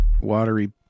watery